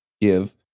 give